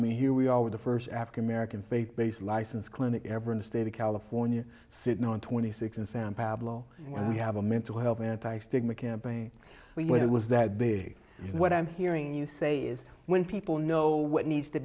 mean here we all were the first african american faith based license clinic ever in the state of california sitting on twenty six in san pablo when we have a mental health anti stigma campaign when it was that big and what i'm hearing you say is when people know what needs to